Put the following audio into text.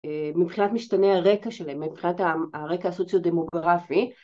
אה... מבחינת משתנה הרקע שלהם, מבחינת הרקע הסוציו-דמוגרפי